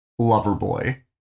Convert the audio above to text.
Loverboy